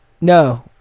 No